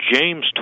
James